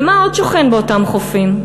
ומה עוד שוכן באותם חופים?